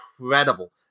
incredible